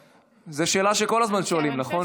זו שאלה שכל הזמן שואלים, נכון?